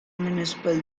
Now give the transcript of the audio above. municipal